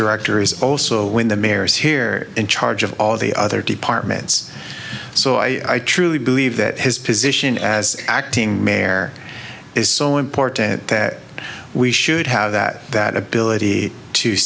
director is also when the mayor is here in charge of all the other departments so i truly believe that his position as acting mayor is so important that we should have that that ability to